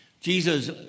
Jesus